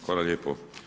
Hvala lijepo.